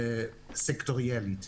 סקטוריאלית.